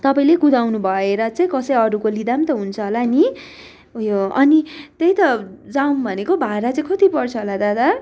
तपाईँले कुदाउँनु भएर चाहिँ कसै अरूको लिँदा पनि त हुन्छ होला नि उयो अनि त्यही त जाम भनेको भाडा चाहिँ कति पर्छ होला दादा